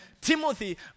Timothy